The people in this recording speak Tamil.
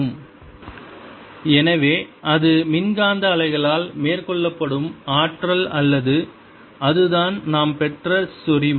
energy flowc u100120E021200E02 எனவே அது மின்காந்த அலைகளால் மேற்கொள்ளப்படும் ஆற்றல் அல்லது அதுதான் நாம் பெற்ற செறிவு